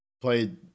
played